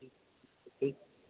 जी